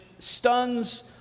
stuns